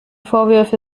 vorwürfe